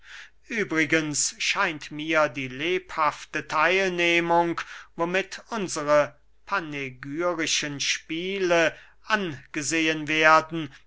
übrigens scheint mir die lebhafte theilnehmung womit unsre panegyrischen spiele angesehen werden